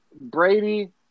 Brady